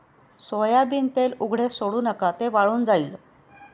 soybean तेल उघडे सोडू नका, ते वाळून जाईल